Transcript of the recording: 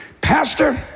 Pastor